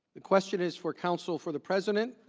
the question is for counsel for the president.